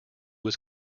was